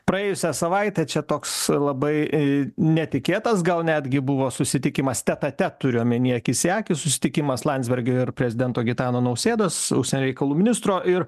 praėjusią savaitę čia toks labai netikėtas gal netgi buvo susitikimas tet a tet turiu omeny akis į akį susitikimas landsbergio ir prezidento gitano nausėdos užsienio reikalų ministro ir